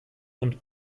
und